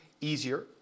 easier